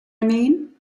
mean